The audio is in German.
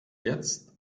jetzt